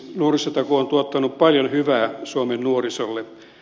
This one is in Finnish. nuorisotakuu on tuottanut paljon hyvää suomen nuorisolle